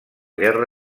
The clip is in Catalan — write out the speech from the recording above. guerra